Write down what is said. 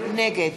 נגד